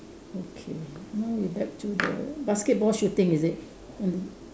okay now we back to the basketball shooting is it on the